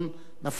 נפל על עמי,